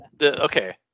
Okay